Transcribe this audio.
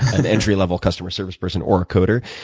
an entry level customer service person or a coder.